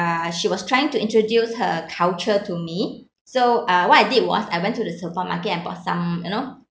uh she was trying to introduce her culture to me so uh what I did was I went to the supermarket and bought some you know